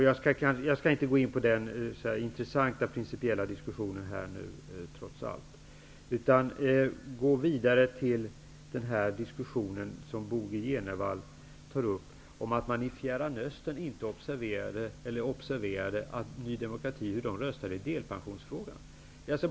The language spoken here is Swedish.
Jag skall inte gå in på den intressanta principiella diskussionen här nu, trots allt, utan gå vidare till det Bo G Jenevall tar upp, att man i Fjärran Östern observerade eller inte observerade hur Ny demokrati röstade i delpensionsfrågan.